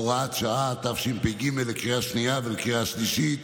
הוראת שעה), התשפ"ג, לקריאה שנייה ולקריאה שלישית.